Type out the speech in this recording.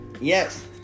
Yes